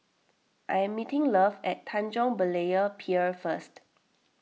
I am meeting Love at Tanjong Berlayer Pier first